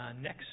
Next